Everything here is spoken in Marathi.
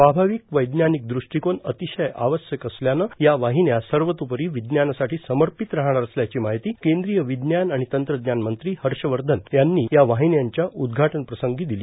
स्वाभाविक वैज्ञानिक दृष्टीकोन अतिशय आवश्यक असल्यानं या वाहिन्या सर्वतोपरी विज्ञानासाठी समर्पीत राहणार असल्याची माहिती केंद्रीय विज्ञान आणि तंत्रज्ञान मंत्री हर्षवर्धन यांनी या वाहिन्यांच्या उद्घाटन प्रसंगी दिली